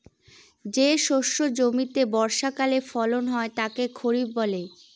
যে শস্য জমিতে বর্ষাকালে ফলন হয় তাকে খরিফ বলে